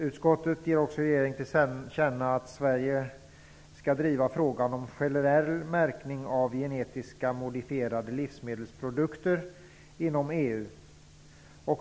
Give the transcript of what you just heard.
Utskottet ger för det andra regeringen till känna att Sverige skall driva frågan om generell märkning av genetiska modifierade livsmedelsprodukter inom EU.